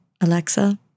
Alexa